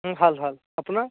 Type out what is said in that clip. ভাল ভাল আপোনাৰ